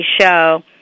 show